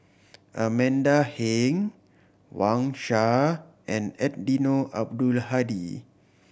Amanda Heng Wang Sha and Eddino Abdul Hadi